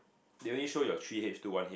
they only show your three H two one A